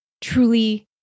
truly